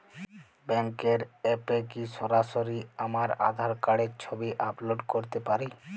ব্যাংকের অ্যাপ এ কি সরাসরি আমার আঁধার কার্ডের ছবি আপলোড করতে পারি?